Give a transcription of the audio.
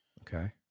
Okay